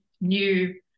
new